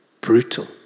brutal